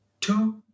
two